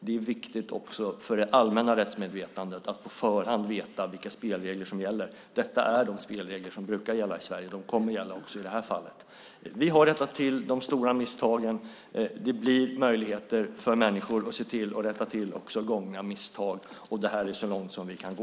Det är viktigt för det allmänna rättsmedvetandet att på förhand veta vilka spelregler som gäller. Detta är de spelregler som brukar gälla i Sverige. De kommer att gälla också i de här fallen. Vi har rättat till de stora misstagen. Det blir möjligheter för människor att rätta till gångna misstag. Det är så långt som vi kan gå.